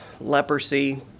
leprosy